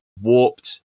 warped